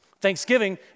Thanksgiving